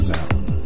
Mountain